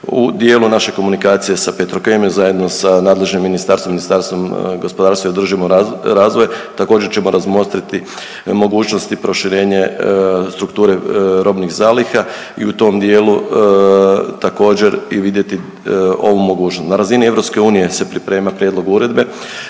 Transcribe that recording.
U dijelu naše komunikacije sa Petrokemijom i zajedno sa nadležnim ministarstvom, Ministarstvom gospodarstva i održivog razvoja također ćemo razmotriti i mogućnost i proširenje strukture robnih zaliha i u tom dijelu također i vidjeti ovu mogućnost. Na razini EU se priprema prijedlog uredbe